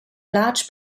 large